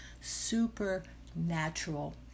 supernatural